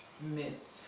Myth